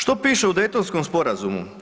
Što pište u Dejtonskom sporazumu?